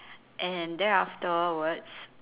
and there afterwards